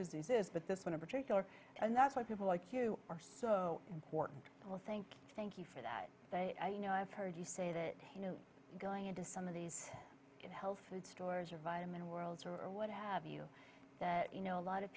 diseases but this one in particular and that's why people like you are so important well thank you thank you for that you know i've heard you say that you know going into some of these good health food stores or vitamin worlds or what have you that you know a lot of